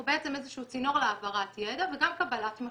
אנחנו בעצם איזה שהוא צינור להעברת ידע וגם קבלת משוב.